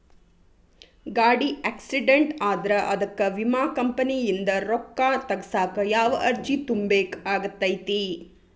ಗಾಡಿ ಆಕ್ಸಿಡೆಂಟ್ ಆದ್ರ ಅದಕ ವಿಮಾ ಕಂಪನಿಯಿಂದ್ ರೊಕ್ಕಾ ತಗಸಾಕ್ ಯಾವ ಅರ್ಜಿ ತುಂಬೇಕ ಆಗತೈತಿ?